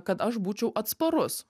kad aš būčiau atsparus